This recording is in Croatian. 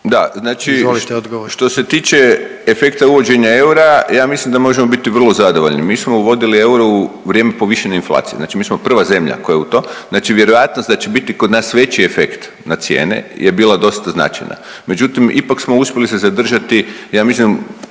Da, znači što se tiče efekta uvođenja eura ja mislim da možemo biti vrlo zadovoljni. Mi smo uvodili euro u vrijeme povišene inflacije. Znači mi smo prva zemlja koja je u to. Znači vjerojatnost da će biti kod nas veći efekt na cijene je bila dosta značajna. Međutim, ipak smo uspjeli se zadržati ja mislim